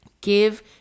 Give